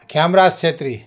Khemraj Chhetri